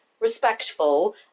respectful